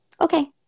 Okay